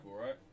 right